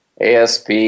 asp